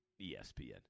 ESPN